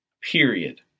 Period